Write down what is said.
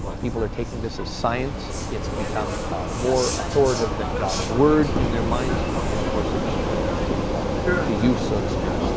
ah people are taking this as science, it's become more authorative than god's word in their minds and of course they're just putting it to to use so to speak.